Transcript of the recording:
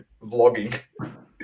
vlogging